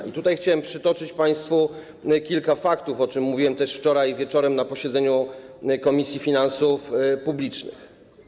I tutaj chciałem przytoczyć państwu kilka faktów, o czym mówiłem też wczoraj wieczorem na posiedzeniu Komisji Finansów Publicznych.